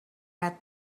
had